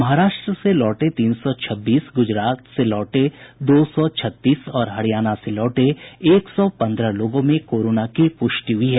महाराष्ट्र से लौटे तीन सौ छब्बीस गुजरात से लौटे दो सौ छत्तीस और हरियाणा से लौटे एक सौ पन्द्रह लोगों में कोरोना की पुष्टि हुई है